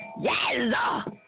Yes